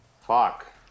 Fuck